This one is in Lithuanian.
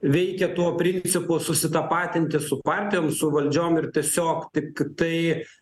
veikia tuo principu susitapatinti su partijom su valdžiom ir tiesiog tik tai